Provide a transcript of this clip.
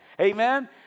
Amen